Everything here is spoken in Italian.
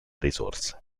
risorse